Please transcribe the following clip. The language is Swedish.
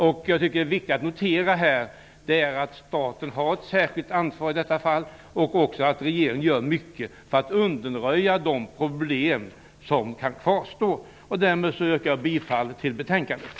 Jag tycker att det är viktigt att notera att staten har särskilt ansvar i detta fall och också att regeringen gör mycket för att undanröja de problem som kan kvarstå. Därmed yrkar jag bifall till utskottets hemställan.